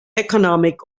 economic